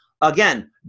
again